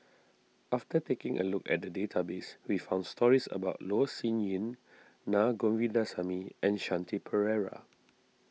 after taking a look at the database we found stories about Loh Sin Yun Na Govindasamy and Shanti Pereira